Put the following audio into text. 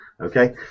okay